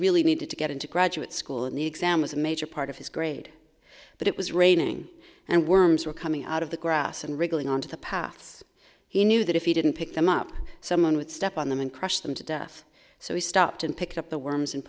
really needed to get into graduate school and the exam was a major part of his grade but it was raining and worms were coming out of the grass and wriggling on to the paths he knew that if he didn't pick them up someone would step on them and crush them to death so he stopped and picked up the worms and